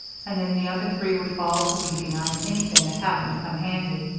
and then the other three would fall to weeping on anything that happened to come handy.